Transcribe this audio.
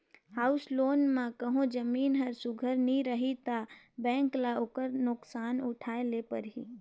house loan म कहों जमीन हर सुग्घर नी रही ता बेंक ल ओकर नोसकान उठाए ले परही